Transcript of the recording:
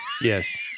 Yes